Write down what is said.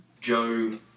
Joe